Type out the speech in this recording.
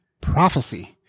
prophecy